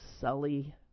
Sully